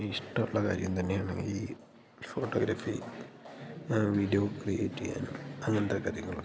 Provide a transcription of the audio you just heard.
ഇഷ്ടമുള്ള കാര്യം തന്നെയാണ് ഈ ഫോട്ടോഗ്രഫി വീഡിയോ ക്രിയേറ്റ് ചെയ്യാനും അങ്ങനത്തെ കാര്യങ്ങളൊക്കെ